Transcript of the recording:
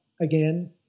again